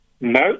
No